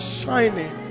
shining